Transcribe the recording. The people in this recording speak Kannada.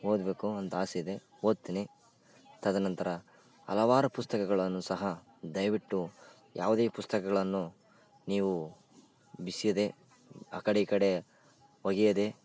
ಓದಬೇಕು ಅಂತ ಆಸೆ ಇದೆ ಓದ್ತೀನಿ ತದನಂತರ ಹಲವಾರು ಪುಸ್ತಕಗಳನ್ನು ಸಹ ದಯವಿಟ್ಟು ಯಾವುದೇ ಪುಸ್ತಕಗಳನ್ನು ನೀವು ಬಿಸ್ಯದೆ ಆ ಕಡೆ ಈ ಕಡೆ ಒಗೆಯದೆ